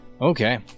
Okay